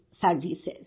services